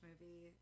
movie